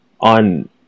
on